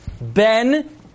Ben